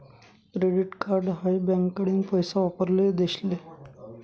credit card हाई बँकाकडीन पैसा वापराले देल शे